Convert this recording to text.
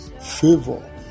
favor